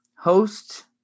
host